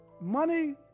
Money